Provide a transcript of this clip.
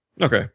Okay